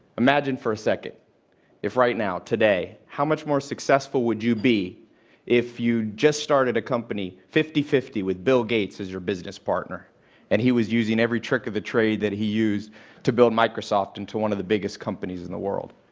imagine for a second if right now, today, how much more successful would you be if you just started a company fifty fifty with bill gates as your business partner and he was using every trick of the trade that he used to build microsoft into one of the biggest companies in the world?